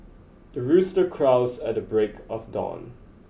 the rooster crows at the break of dawn